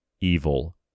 evil